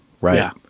Right